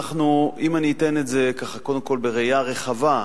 אם אני אתן את זה קודם כול בראייה רחבה: